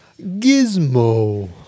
Gizmo